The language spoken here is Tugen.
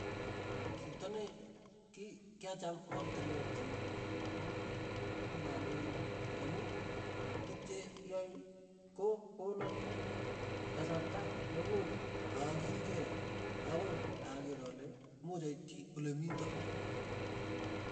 Chito ne ki kyacham ortinwek chik ko kukondoindet, amu tukcheyae kokonan kasarta nemuch akilkei akoi akeer ale imuuch aityi olemito.